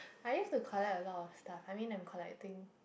I used to collect a lot of stuff I mean I'm collecting